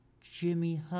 Jimmy